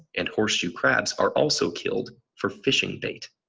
and horseshoe crabs are also killed for fishing bait.